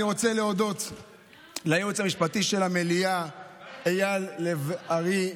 אני רוצה להודות ליועץ המשפטי של המליאה איל לב ארי,